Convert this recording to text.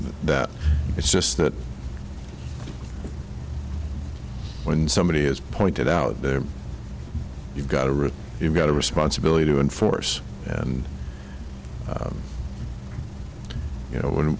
that it's just that when somebody is pointed out there you've got a roof you've got a responsibility to enforce and you know when